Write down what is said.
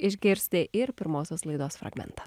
išgirsti ir pirmosios laidos fragmentą